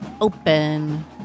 open